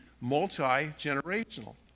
multi-generational